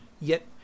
Yet